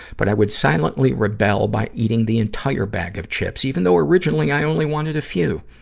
but i would silently rebel by eating the entire bag of chips, even though originally i only wanted a few.